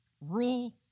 Rule